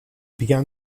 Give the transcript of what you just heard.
began